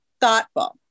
thoughtful